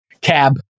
cab